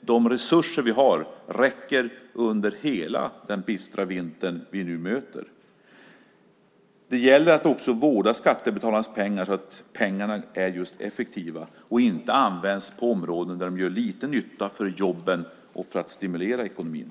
de resurser som vi har räcker under hela den bistra vinter som vi nu möter. Det gäller att vårda skattebetalarnas pengar så att pengarna används effektivt och inte används på områden där de gör lite nytta för jobben och för att stimulera ekonomin.